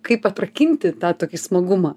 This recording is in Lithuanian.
kaip atrakinti tą tokį smagumą